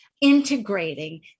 integrating